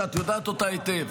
שאת יודעת אותה היטב.